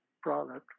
product